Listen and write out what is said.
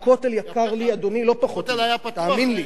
אדוני, הכותל יקר לי לא פחות, תאמין לי.